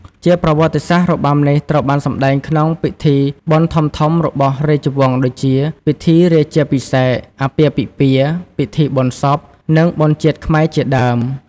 ជាប្រវត្តិសាស្ត្រ របាំនេះត្រូវបានសម្តែងក្នុងពិធីបុណ្យធំៗរបស់រាជវង្សដូចជា ពិធីរាជាភិសេក អាពាហ៍ពិពាហ៍ ពិធីបុណ្យសព និងបុណ្យជាតិខ្មែរជាដើម។